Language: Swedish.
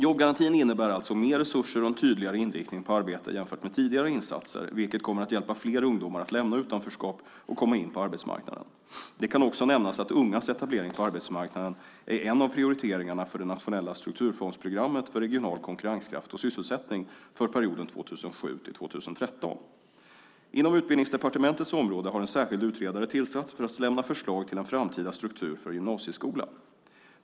Jobbgarantin innebär alltså mer resurser och en tydligare inriktning på arbete jämfört med tidigare insatser, vilket kommer att hjälpa fler ungdomar att lämna utanförskap och komma in på arbetsmarknaden. Det kan också nämnas att ungas etablering på arbetsmarknaden är en av prioriteringarna för det nationella strukturfondsprogrammet för regional konkurrenskraft och sysselsättning för perioden 2007-2013. Inom Utbildningsdepartementets område har en särskild utredare tillsatts för att lämna förslag till en framtida struktur för gymnasieskolan.